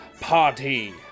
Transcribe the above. party